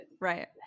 right